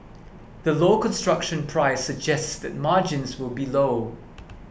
the low construction price suggests that margins will be low